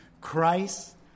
Christ